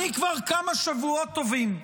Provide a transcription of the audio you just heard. אני כבר כמה שבועות טובים,